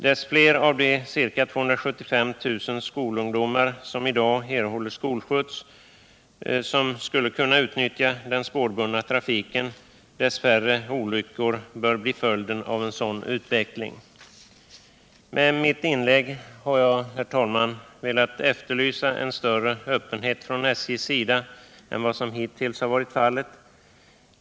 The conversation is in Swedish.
Ju fler av de ca 275 000 skolungdomar som i dag erhåller skolskjuts som skulle kunna utnyttja den spårbundna trafiken, desto färre olyckor bör bli följden av en sådan utveckling. Med mitt inlägg har jag, herr talman, velat efterlysa en större öppenhet från SJ:s sida än vad som hittills har varit fallet.